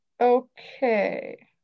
Okay